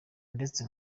ndetse